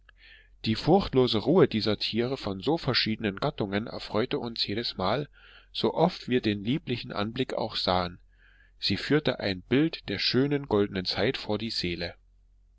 die furchtlose ruhe dieser tiere von so verschiedenen gattungen erfreute uns jedes mal so oft wir den lieblichen anblick auch sahen sie führte ein bild der schönen goldenen zeit vor die seele